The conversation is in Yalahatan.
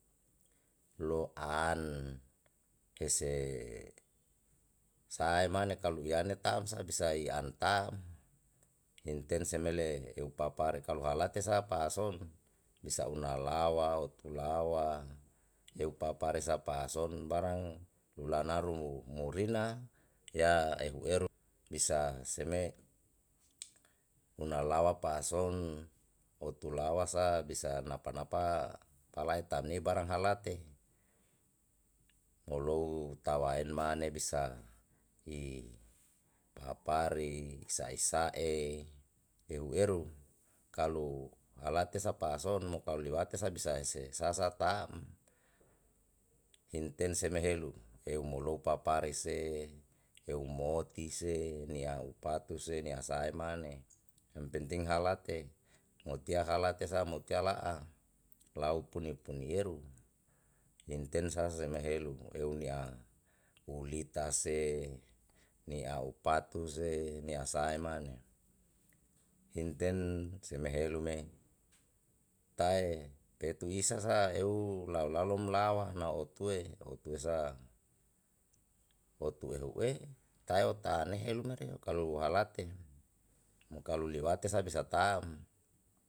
Lo aan ese sae mane kalu mane kalu liane taa'm sa bisa i an taa'm intense mele eu papare kalu halate sa pa'a son bisa una lawa otu lawa leu papare sa pa'a son barang hulanaru mu murina ya ehu eru bisa seme unalawa pa'a son otu lawasa bisa napa napa pala'e tamni barang halate mulou tawa en mane bisa i papari sai sae ehu eru kalu halate sa pa'a son mo kalo liwate sa bisa se sasa taa'm inten semehelu eu molo papare se eu moti se nia upatu se nia sae mane yang penting ha late motia ha late sa motia la'a lau puni puni eru inten sa seme helu eu ni'a ulita se ni'a upatu se ni'a sae mani inten seme helu me tae petu isa sa eu lalo lalom lawa na otue otue sa otu ehu e tae otaha ne helu mereo kalo hualate muka liwate sa bisa taa'm.